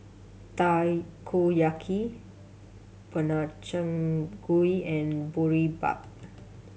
Takoyaki Gobchang Gui and Boribap